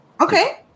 Okay